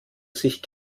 sich